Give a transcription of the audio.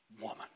woman